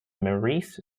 maurice